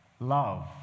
Love